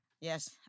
Yes